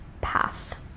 path